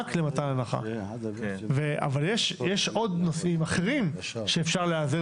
רק למתן הנחה אבל יש עוד נושאים אחרים שאפשר להיעזר